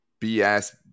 BS